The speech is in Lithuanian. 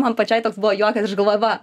man pačiai toks buvo juokas aš galvoju va